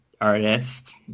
artist